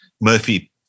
Murphy